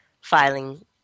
filing